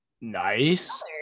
Nice